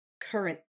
current